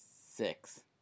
six